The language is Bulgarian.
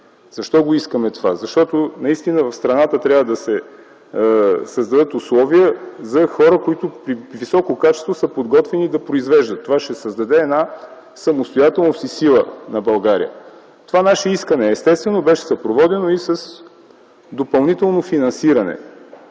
Защо искахме това? - Защото в страната трябва да се създадат условия за хора, които при високо качество са подготвени да произвеждат. Това ще създаде самостоятелност и сила на България. Това наше искане, естествено, беше съпроводено с допълнително финансиране.